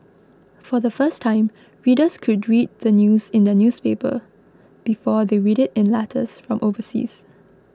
for the first time readers could read the news in their newspaper before they read it in letters from overseas